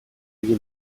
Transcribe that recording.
egin